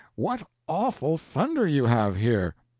what awful thunder you have here!